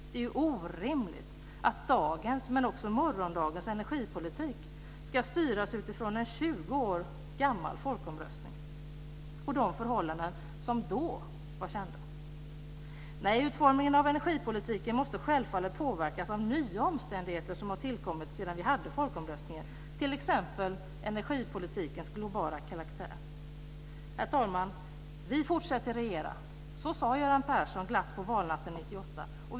Det är orimligt att dagens, men också morgondagens, energipolitik ska styras utifrån en 20 år gammal folkomröstning och de förhållanden som då var kända. Nej, utformningen av energipolitiken måste självfallet påverkas av nya omständigheter som har tillkommit sedan vi hade folkomröstning, t.ex. energipolitikens globala karaktär. Herr talman! "Vi fortsätter att regera!" Så sade Göran Persson glatt på valnatten 1998.